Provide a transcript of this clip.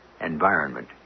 Environment